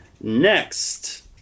Next